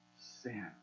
sin